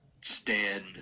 stand